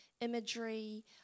imagery